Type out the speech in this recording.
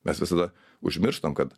mes visada užmirštam kad